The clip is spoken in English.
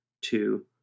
two